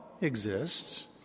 exists